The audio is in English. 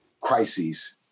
crises